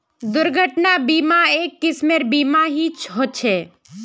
दुर्घटना बीमा, एक किस्मेर बीमा ही ह छे